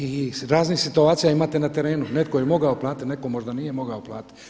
I raznih situacija imate na terenu, netko je mogao platiti, netko možda nije mogao platiti.